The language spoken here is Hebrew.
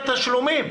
תשלומים.